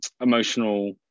emotional